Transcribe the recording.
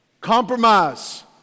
Compromise